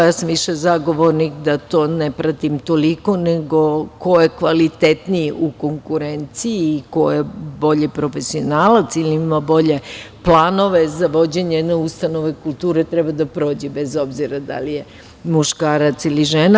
Ja sam više zagovornik da to ne pratim toliko, nego ko je kvalitetniji u konkurenciji i ko je bolji profesionalac ili ima bolje planove za vođenje jedne ustanove kulture, treba da prođe bez obzira da li je muškarac ili žena.